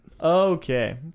Okay